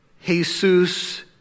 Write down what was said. Jesus